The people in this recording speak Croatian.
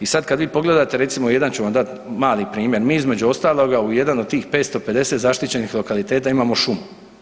I sad kad vi pogledate recimo jedan ću vam dati mali primjer, mi između ostaloga u jedan od tih 550 zaštićenih lokaliteta imamo šumu.